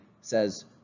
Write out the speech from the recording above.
says